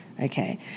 Okay